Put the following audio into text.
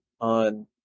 on